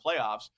playoffs